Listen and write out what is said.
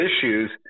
issues